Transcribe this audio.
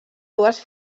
dues